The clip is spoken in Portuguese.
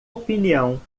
opinião